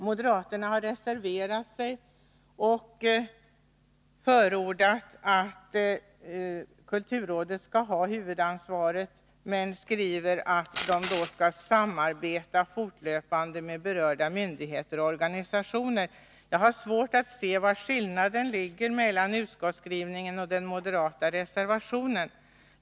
Moderaterna har reserverat sig och förordat att kulturrådet skall ha huvudansvaret. Moderaterna skriver emellertid att man skall samarbeta fortlöpande med berörda myndigheter och organisationer. Jag har svårt att se var skillnaden ligger mellan utskottet och den moderata reservationen.